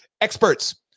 experts